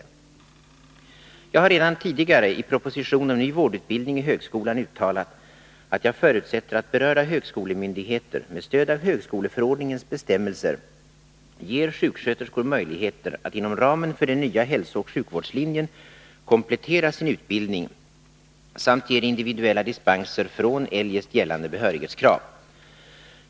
Jag har redan tidigare i proposition 1978/79:197 om ny vårdutbildning i högskolan uttalat att jag förutsätter att berörda högskolemyndigheter med stöd av högskoleförordningens bestämmelser ger sjuksköterskor möjligheter att inom ramen för den nya hälsooch sjukvårdslinjen komplettera sin utbildning samt ger individuella dispenser från eljest gällande behörighetskrav.